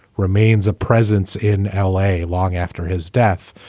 remains a presence in l a. long after his death,